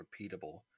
repeatable